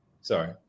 Sorry